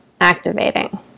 activating